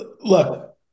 look